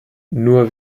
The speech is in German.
nur